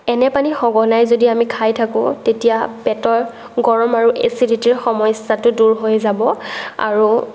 এনে পানী সঘনাই যদি আমি খাই থাকোঁ তেতিয়া পেটৰ গৰম আৰু এচিদিটিৰ সমস্যাটো দূৰ হৈ যাব আৰু